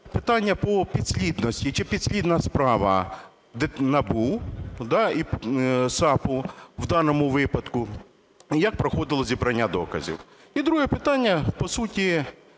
питання по підслідності. Чи підслідна справа НАБУ і САП в даному випадку? Як проходило зібрання доказів? І друге питання. По суті